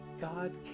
God